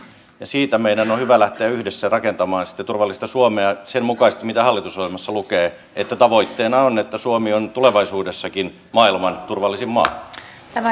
siitä meidän on hyvä lähteä yhdessä rakentamaan sitten turvallista suomea sen mukaisesti mitä hallitusohjelmassa lukee että tavoitteena on että suomi on tulevaisuudessakin maailman turvallisin maa